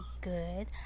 good